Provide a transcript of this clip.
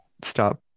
stop